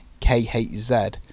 kHz